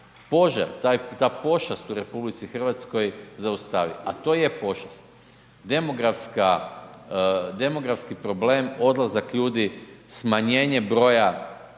požar, ta pošast u RH zaustavi, a to je pošast. Demografski problem, odlazak ljudi, smanjenje broja